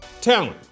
Talent